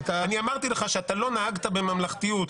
אני אמרתי לך שלא נהגת בממלכתיות,